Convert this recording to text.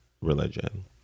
religion